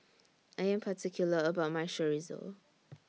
I Am particular about My Chorizo